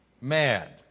mad